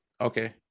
okay